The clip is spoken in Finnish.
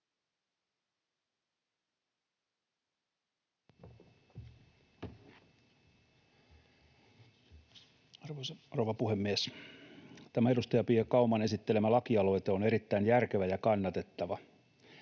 rouva puhemies! Tämä edustaja Pia Kauman esittelemä lakialoite on erittäin järkevä ja kannatettava.